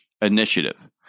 initiative